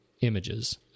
images